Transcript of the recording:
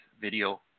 Video